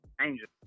Angel